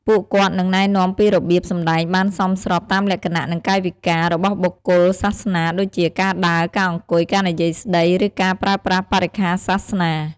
ពួកគាត់នឹងណែនាំពីរបៀប សម្ដែងបានសមស្របតាមលក្ខណៈ និងកាយវិការ របស់បុគ្គលសាសនា ដូចជាការដើរ ការអង្គុយ ការនិយាយស្តី ឬការប្រើប្រាស់បរិក្ខារសាសនា។